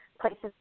places